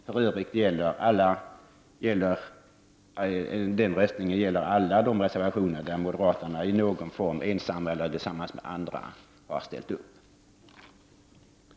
För övrigt gäller den röstningen alla de reservationer moderaterna i någon form — ensamma eller tillsammans med andra partier — har ställt sig bakom.